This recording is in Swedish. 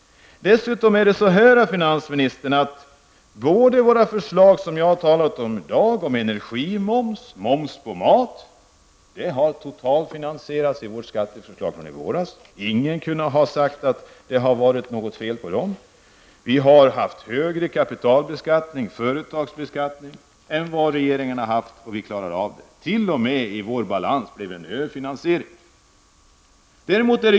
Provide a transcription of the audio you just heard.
Dessutom är det så, herr finansminister, att båda de förslag jag har talat om i dag -- energimoms och moms på mat -- har totalfinansierats i vårt skatteförslag i våras. Ingen kan säga att det har varit något fel på det. Vi föreslog högre kapitalbeskattning och företagsbeskattning än regeringen och vi klarar av det. T.o.m. i vår balansräkning blir det en överfinansiering.